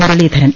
Muraleedharan